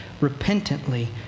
repentantly